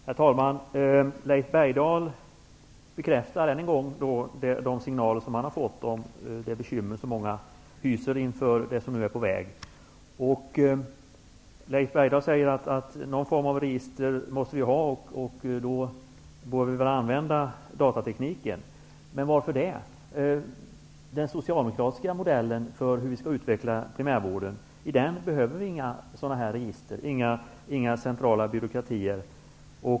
Herr talman! Leif Bergdahl bekräftar än en gång de signaler som han har fått om den oro som många hyser inför det som nu är på väg. Leif Bergdahl säger att vi måste ha någon form av register och att vi då borde kunna använda datatekniken. Varför det? I den socialdemokratiska modellen för hur vi skall utveckla primärvården behöver vi inga sådana här register och inga centrala byråkratier.